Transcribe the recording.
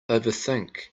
overthink